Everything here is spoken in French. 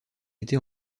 été